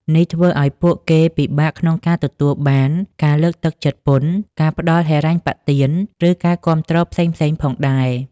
នេះធ្វើឱ្យពួកគេពិបាកក្នុងការទទួលបានការលើកទឹកចិត្តពន្ធ ការផ្តល់ហិរញ្ញប្បទាន ឬការគាំទ្រផ្សេងៗផងដែរ ។